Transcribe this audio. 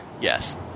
Yes